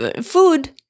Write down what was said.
food